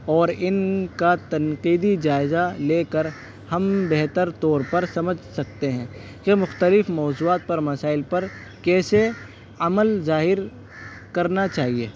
اور ان کا تنقیدی جائزہ لے کر ہم بہتر طور پر سمجھ سکتے ہیں کہ مختلف موضوعات پر مسائل پر کیسے عمل ظاہر کرنا چاہیے